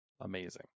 Amazing